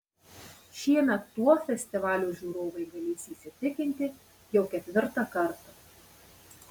šiemet tuo festivalio žiūrovai galės įsitikinti jau ketvirtą kartą